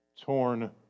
torn